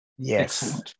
Yes